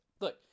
Look